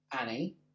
Annie